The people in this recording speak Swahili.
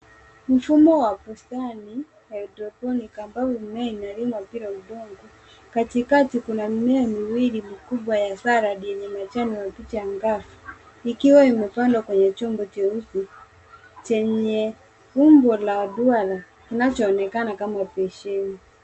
Mfumo wa bustani wa hydroponic ambao mimea inalimwa bila udongo. Katikati kuna mimea miwili mikubwa ya salad yenye majani mabichi angavu ikiwa imepandwa kwenye chombo cheupe chenye umbo la duara kinachoonekana kama beseni.